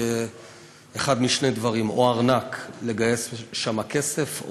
כאחד משני דברים: או ארנק לגייס שם כסף,